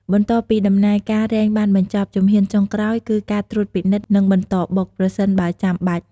បន្ទាប់ពីដំណើរការរែងបានបញ្ចប់ ជំហានចុងក្រោយគឺការត្រួតពិនិត្យ និងបន្តបុក ប្រសិនបើចាំបាច់។